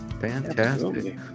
Fantastic